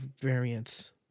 variants